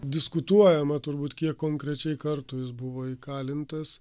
diskutuojama turbūt kiek konkrečiai kartų jis buvo įkalintas